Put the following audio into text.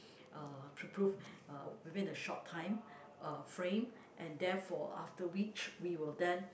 uh to prove uh within a short time uh frame and therefore after which we will then